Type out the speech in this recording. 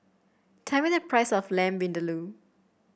tell me the price of Lamb Vindaloo